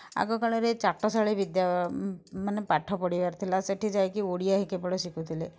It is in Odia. ଆଗକାଳରେ ଚାଟଶାଳୀ ବିଦ୍ୟା ମାନେ ପାଠ ପଢ଼ିବାର ଥିଲା ସେଠି ଯାଇକି ଓଡ଼ିଆ ହିଁ କେବଳ ଶିଖୁଥିଲେ